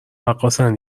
رقاصن